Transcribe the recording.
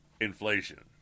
inflation